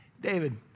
David